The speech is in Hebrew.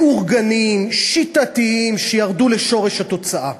מאורגנים, שיטתיים, שירדו לשורש התוצאה.